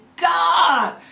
God